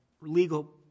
legal